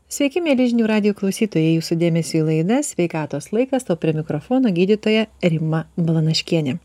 sveiki mieli žinių radijo klausytojai jūsų dėmesiui laida sveikatos laikas o prie mikrofono gydytoja rima balanaškienė